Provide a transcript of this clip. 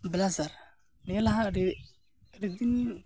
ᱵᱞᱟᱥᱟᱨ ᱱᱤᱭᱟᱹ ᱞᱟᱦᱟ ᱟᱹᱰᱤ ᱟᱹᱰᱤᱫᱤᱱ